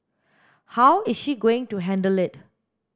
how is she going to handle it